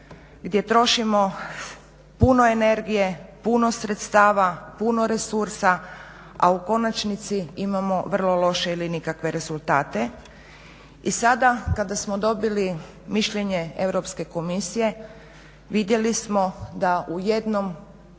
gdje trošimo puno energije, puno sredstava, puno resursa, a u konačnici imamo vrlo loše ili nikakve rezultate i sada kada smo dobili mišljenje Europske komisije vidjeli smo da u jednom